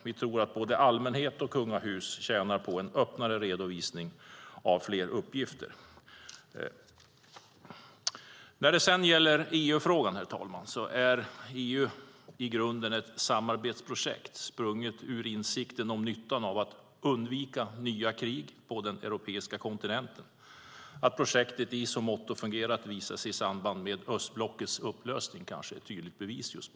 Vi tror att både allmänhet och kungahus tjänar på en öppnare redovisning av fler uppgifter. Herr talman! Sedan var det EU-frågan. EU är i grunden ett samarbetsprojekt sprunget ur insikten om nyttan av att undvika nya krig på den europeiska kontinenten. Att projektet i så måtto fungerat har visat sig i samband med östblockets upplösning. Det är ett tydligt bevis.